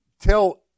Tell